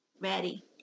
ready